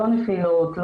לא נפילות,